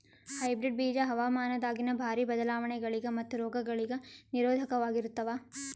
hybrid ಬೀಜ ಹವಾಮಾನದಾಗಿನ ಭಾರಿ ಬದಲಾವಣೆಗಳಿಗ ಮತ್ತು ರೋಗಗಳಿಗ ನಿರೋಧಕವಾಗಿರುತ್ತವ